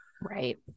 right